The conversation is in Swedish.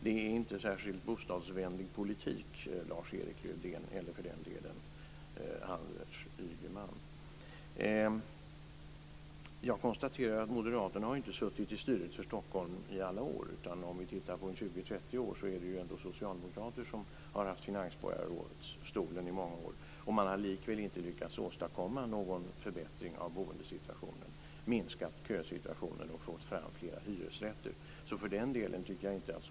Det är inte någon särskilt bostadsvänlig politik, Lars-Erik Lövdén eller Moderaterna har inte suttit vid styret för Stockholm i alla år. Det är socialdemokrater som i många år har innehaft finansborgarrådsstolen. Likväl har de inte lyckats åstadkomma någon förbättring av boendesituationen, minskat köerna eller fått fram flera hyresrätter.